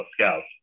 scouts